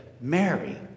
Mary